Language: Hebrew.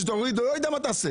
תוריד לו, לא יודע מה תעשה